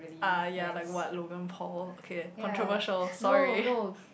ah ya like what Logan-Paul okay controversial sorry